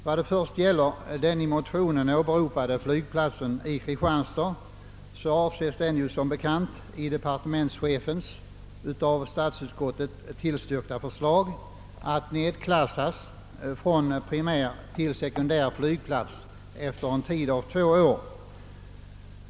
Vad först gäller den i motionen behandlade flygplatsen i Kristianstad avses den som bekant enligt departementschefens av statsutskottet tillstyrkta förslag nedklassas från primärtill sekundärflygplats efter en tid av två år.